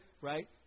right